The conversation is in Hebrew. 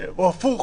או הפוך